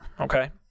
okay